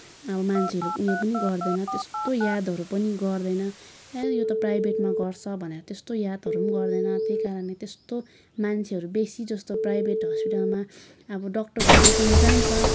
अब मान्छेहरूले उयो पनि गर्दैन त्यस्तो यादहरू पनि गर्दैन ए यो त प्राइभेटमा गर्छ भनेर त्यस्तो यादहरू पनि गर्दैन त्यही कारणले त्यस्तो मान्छेहरू बेसी जस्तो प्राइभेट हस्पिटलमा अब डक्टरहरू देखाउन जान्छ